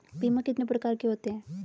बीमा कितने प्रकार के होते हैं?